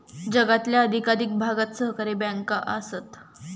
जगातल्या अधिकाधिक भागात सहकारी बँका आसत